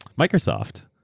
microsoft.